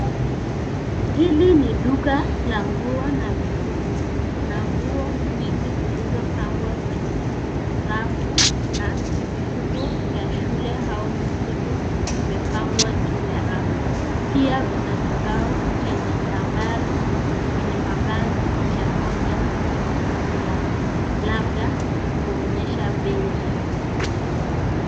Hili ni duka la nguo na mifuko. Kuna nguo nyingi zilizopangwa kwenye rafu na mifuko ya shule au miziko imepangwa juu ya rafu. Pia kuna kibao chenye nambari kwenye mabano, mia moja hamsini juu yake labda kuonyesha bei.